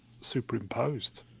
superimposed